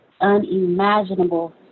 Unimaginable